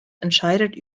entscheidet